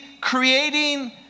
creating